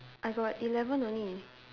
I got eleven only